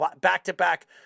back-to-back